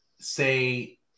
say